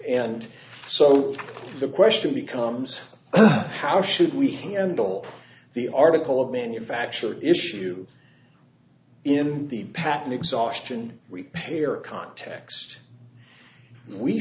and so the question becomes how should we handle the article of manufacture issue in the patent exhaustion repair context we